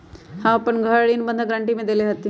अपन घर हम ऋण बंधक गरान्टी में देले हती